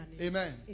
Amen